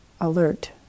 alert